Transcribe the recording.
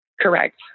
Correct